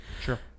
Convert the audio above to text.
Sure